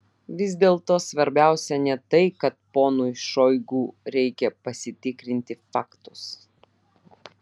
vis dėlto svarbiausia ne tai kad ponui šoigu reikia pasitikrinti faktus